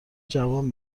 جوان